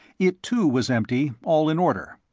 it, too, was empty, all in order.